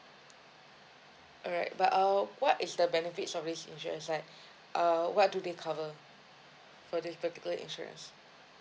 alright but uh what is the benefit of this insurance is like uh what do they cover for this particular insurance